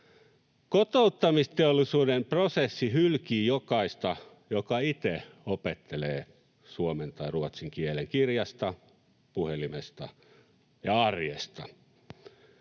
Kotouttamisteollisuuden prosessi hylkii jokaista, joka itse opettelee suomen tai ruotsin kielen kirjasta, puhelimesta ja arjesta.